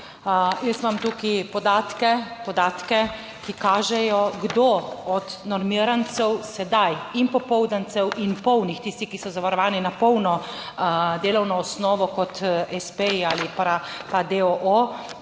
Jaz imam tukaj podatke. Podatke, ki kažejo, kdo od normirancev sedaj in popoldancev in polnih, tisti, ki so zavarovani na polno delovno osnovo kot espeji ali pa deoo,